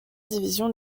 division